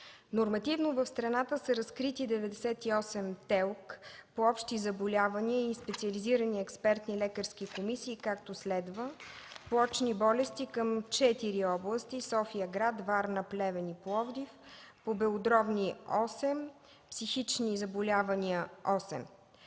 Нормативно в страната са разкрити 98 ТЕЛК по общи заболявания и специализирани експертни лекарски комисии, както следва: по очни болести към четири области – София-град, Варна, Плевен и Пловдив; по белодробни – осем; психични заболявания –